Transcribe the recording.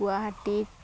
গুৱাহাটীত